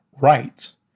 rights